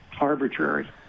arbitrary